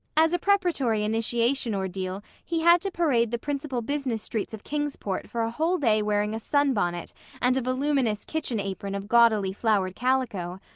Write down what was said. as a preparatory initiation ordeal he had to parade the principal business streets of kingsport for a whole day wearing a sunbonnet and a voluminous kitchen apron of gaudily flowered calico.